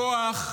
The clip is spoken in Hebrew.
כוח,